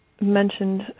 mentioned